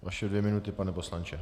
Vaše dvě minuty, pane poslanče.